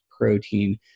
protein